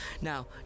Now